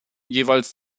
jeweils